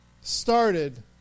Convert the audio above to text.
Started